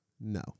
No